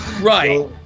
Right